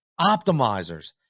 optimizers